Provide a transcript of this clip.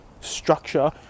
structure